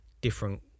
different